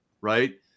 right